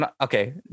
okay